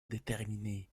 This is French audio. déterminer